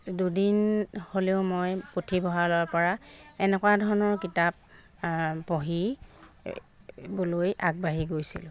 দুদিন হ'লেও মই পুথিভঁৰালৰপৰা এনেকুৱা ধৰণৰ কিতাপ পঢ়ি বলৈ আগবাঢ়ি গৈছিলোঁ